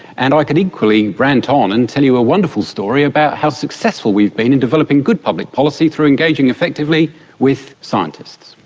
and i could equally rant on and tell you a wonderful story about how successful we've been in developing good public policy through engaging effectively with scientists.